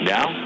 Now